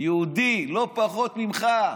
יהודי לא פחות ממך,